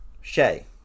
shay